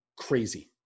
crazy